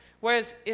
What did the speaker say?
Whereas